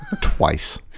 twice